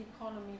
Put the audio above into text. economy